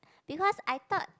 because I thought